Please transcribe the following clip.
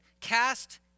cast